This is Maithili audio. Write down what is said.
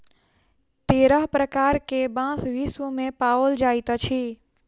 तेरह प्रकार के बांस विश्व मे पाओल जाइत अछि